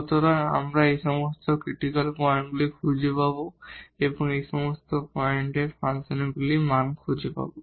সুতরাং আমরা এই সমস্ত ক্রিটিকাল পয়েন্টগুলি খুঁজে পাব এবং এই সমস্ত পয়েন্টে ফাংশনের মানগুলি খুঁজে পাব